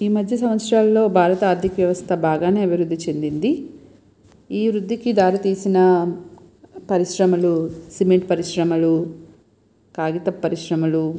ఈ మధ్య సంవత్సరాల్లో భారత ఆర్థిక వ్యవస్థ బాగానే అభివృద్ధి చెందింది ఈ వృద్ధికి దారి తీసిన పరిశ్రమలు సిమెంట్ పరిశ్రమలు కాగితపు పరిశ్రమలు